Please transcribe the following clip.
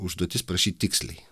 užduotis parašyt tiksliai